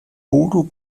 bodo